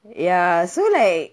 ya so like